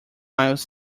miles